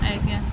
ଆଜ୍ଞା